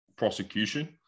Prosecution